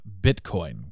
Bitcoin